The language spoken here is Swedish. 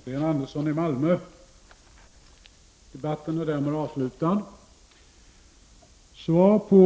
Under föregående riksmöte gav riksdagen som sin mening regeringen till känna att Sverige i WHO skall verka för